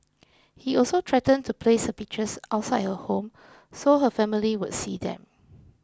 he also threatened to place her pictures outside her home so her family would see them